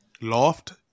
loft